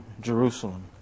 Jerusalem